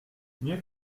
mieux